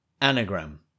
anagram